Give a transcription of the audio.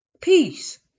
Peace